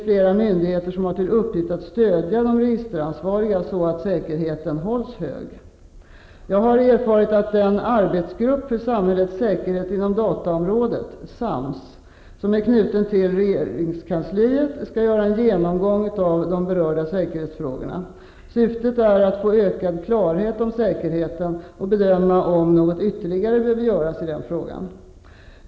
Flera myndigheter har till uppgift att stödja registeransvariga, så att säkerheten hålls hög. Jag har erfarit att den arbetsgrupp för samhällets säkerhet inom dataområdet, SAMS, som är knuten till regeringskansliet skall göra en genomgång av berörda säkerhetsfrågor. Syftet är att få ökad klarhet om säkerheten och bedöma om något ytterligare behöver göras i den här frågan.